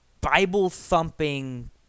Bible-thumping